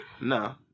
No